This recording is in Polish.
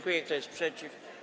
Kto jest przeciw?